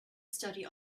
study